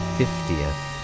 fiftieth